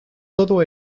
todo